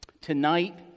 Tonight